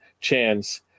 chance